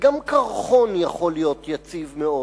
וגם קרחון יכול להיות יציב מאוד.